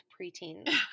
preteens